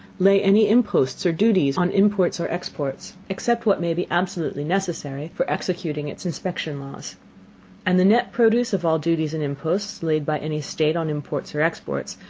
lay any imposts or duties on imports or exports, except what may be absolutely necessary for executing it's inspection laws and the net produce of all duties and imposts, laid by any state on imports or exports,